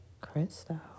Crystal